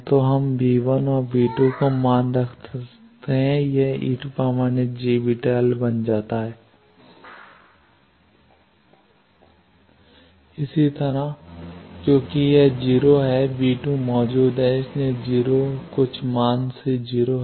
तो हम और मानों को रखते हैं और वह e− jβl बन जाता है इसी तरह क्योंकि यह 0 है मौजूद है इसलिए 0 कुछ मान से 0 है